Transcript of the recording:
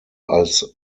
als